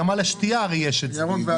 גם על השתייה הרי יש את הסימונים.